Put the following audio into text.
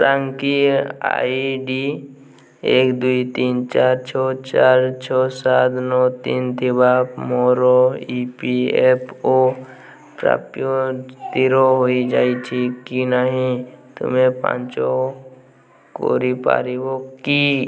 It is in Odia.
ଟ୍ରାକିଂ ଆଇ ଡି ଏକ ଦୁଇ ତିନି ଚାରି ଛଅ ଚାରି ଛଅ ସାତ ନଅ ତିନି ଥିବା ମୋର ଇ ପି ଏଫ୍ ଓ ପ୍ରାପ୍ୟ ସ୍ଥିର ହୋଇଯାଇଛି କି ନାହିଁ ତୁମେ ପାଞ୍ଚ କରିପାରିବ କି